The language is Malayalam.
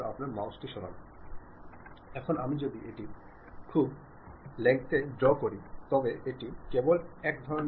ഫലപ്രദമായ ആശയവിനിമയത്തിന്റെ ഉദ്ദേശ്യം അതാണ്